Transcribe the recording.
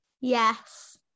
Yes